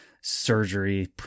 surgery